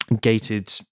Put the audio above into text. gated